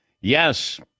Yes